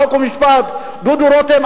חוק ומשפט דודו רותם,